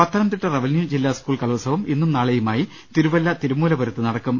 Pathanamthitta revenue ജില്ലാ school കലോത്സവം ഇന്നും നാളെയു മായി തിരുവല്പ തിരുമൂലപുരത്ത് നടക്കും